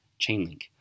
Chainlink